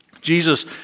Jesus